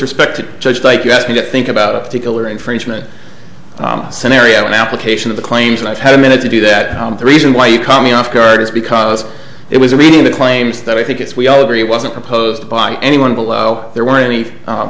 respect to judge like you asked me to think about a particular infringement scenario an application of the claims and i've had a minute to do that the reason why you called me off guard is because it was a reading the claims that i think it's we all agree it wasn't proposed by anyone below there were any